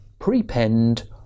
prepend